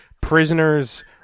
prisoners